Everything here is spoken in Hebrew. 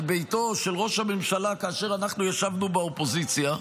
על ביתו של ראש הממשלה כאשר אנחנו ישבנו באופוזיציה,